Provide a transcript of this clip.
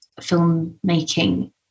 filmmaking